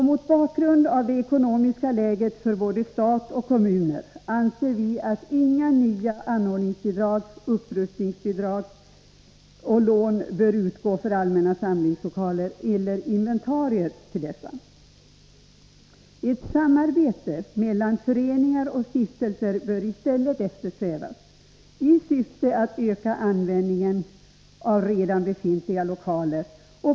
Mot bakgrund av det ekonomiska läget för både stat och kommuner anser vi att inga anordningsbidrag, upprustningsbidrag eller lån bör utgå för allmänna samlingslokaler eller inventarier till dessa. Ett samarbete mellan bl.a. föreningar och stiftelser bör i stället eftersträvas i syfte att öka användningen av redan befintliga lokaler.